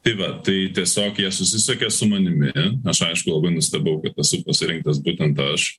tai va tai tiesiog jie susisiekė su manimi aš aišku labai nustebau kad esu pasirinktas būtent aš